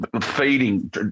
feeding